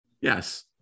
Yes